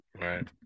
Right